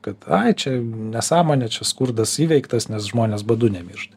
kad ai čia nesąmonė čia skurdas įveiktas nes žmonės badu nemiršta